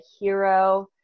hero